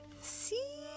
See